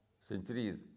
centuries